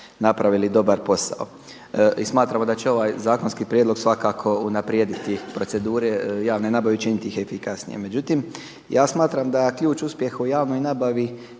dobar posao. I smatramo da će ovaj zakonski prijedlog svakako unaprijediti procedure javne nabave i učiniti ih efikasnijim. Međutim ja smatram da ključ uspjeha u javnoj nabavi